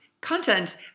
content